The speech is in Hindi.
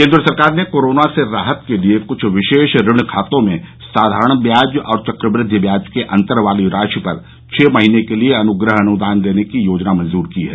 केन्द्र सरकार ने कोरोना से राहत के लिए कुछ विशेष ऋण खातों में साधारण व्याज और चक्रवद्वि व्याज के अंतर वाली राशि पर छह महीने के लिए अनुग्रह अनुदान देने की योजना मंजूर की है